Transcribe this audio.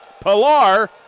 Pilar